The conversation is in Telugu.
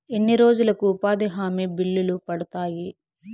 ఎన్ని రోజులకు ఉపాధి హామీ బిల్లులు పడతాయి?